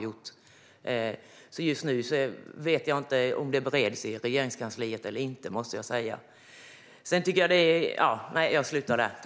Jag vet inte om det just nu bereds något sådant i Regeringskansliet.